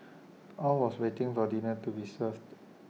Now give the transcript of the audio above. all was waiting for dinner to be served